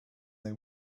they